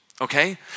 okay